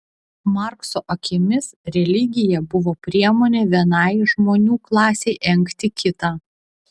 markso akimis religija buvo priemonė vienai žmonių klasei engti kitą